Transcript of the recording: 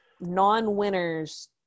non-winners